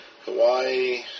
Hawaii